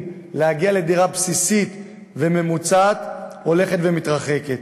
להגיע לדירה בסיסית וממוצעת הולכת ומתרחקת.